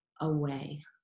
away